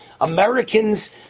Americans